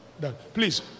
Please